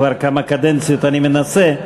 כבר כמה קדנציות אני מנסה.